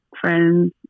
friends